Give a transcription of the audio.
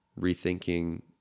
rethinking